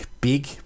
big